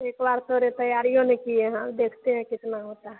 एक बार तोड़े तैयारियो नहीं किए हाँ देखते हैं कितना होता है